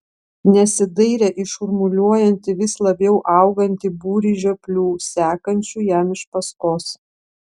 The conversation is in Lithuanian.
nesidairė į šurmuliuojantį vis labiau augantį būrį žioplių sekančių jam iš paskos